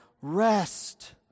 rest